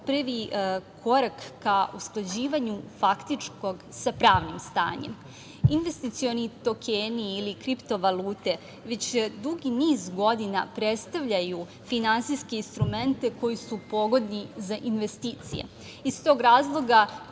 prvi korak ka usklađivanju faktičkog sa pravnim stanjem. Investicioni tokeni ili kripto-valute već dugi niz godina predstavljaju finansijski instrumente koji su pogodni za investicije. Iz tog razloga